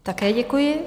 Také děkuji.